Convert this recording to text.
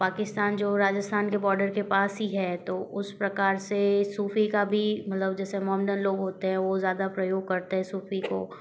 पाकिस्तान जो राजस्थान के बॉर्डर के पास ही है तो उस प्रकार से सूफी का भी मतलब जैसे मोमडन लोग होते हैं वो ज़्यादा प्रयोग करते हैं सूफी को